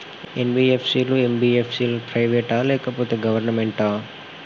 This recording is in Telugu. ఎన్.బి.ఎఫ్.సి లు, ఎం.బి.ఎఫ్.సి లు ప్రైవేట్ ఆ లేకపోతే గవర్నమెంటా?